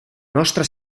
nostra